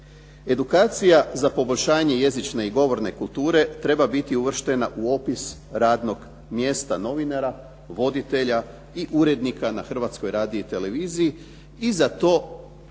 Edukacija za poboljšanje jezične i govorne kulture treba biti uvrštena u opis radnog mjesta novinara, voditelja i urednika na Hrvatskoj radioteleviziji i za to nema